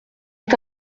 est